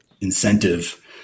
incentive